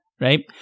right